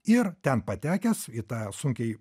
ir ten patekęs į tą sunkiai